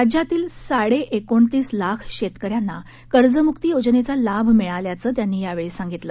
राज्यातील साडे एकोणतीस लाख शेतक यांना कर्जम्क्ती योजनेचा लाभ मिळाल्याचं त्यांनी यावेळी सांगितलं